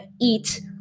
eat